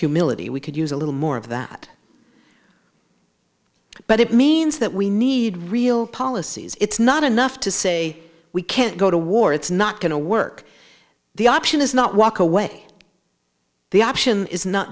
humility we could use a little more of that but it means that we need real policies it's not enough to say we can't go to war it's not going to work the option is not walk away the option is not